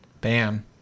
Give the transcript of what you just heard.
Bam